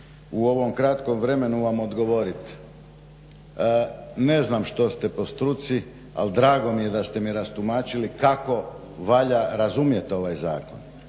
u ovom kratkom vremenu vam odgovoriti. Ne znam što ste po struci, ali drago mi je da ste mi rastumačili kako valja razumjet ovaj Zakon.